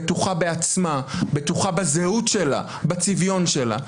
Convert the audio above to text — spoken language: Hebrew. בטוחה בעצמה, בטוחה בזהות שלה, בצביון שלה.